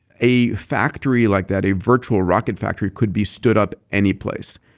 a factory like that, a virtual rocket factory could be stood up any place.